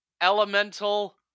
Elemental